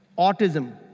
autism,